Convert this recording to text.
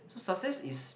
so success is